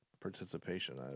participation